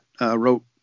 wrote